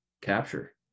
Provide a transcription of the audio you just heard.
capture